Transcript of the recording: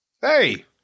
Hey